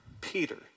Peter